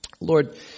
Lord